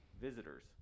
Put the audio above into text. visitors